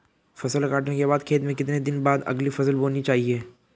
फसल काटने के बाद खेत में कितने दिन बाद अगली फसल बोनी चाहिये?